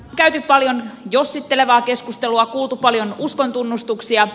on käyty paljon jossittelevaa keskustelua kuultu paljon uskontunnustuksia